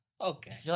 Okay